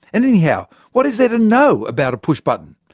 and anyhow, what is there to know about a push button?